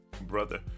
brother